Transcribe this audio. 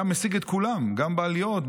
הוא היה משיג את כולם גם בעליות,